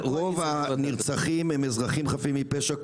רוב הנרצחים הם אזרחים חפים מפשע,